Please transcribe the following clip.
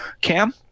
Cam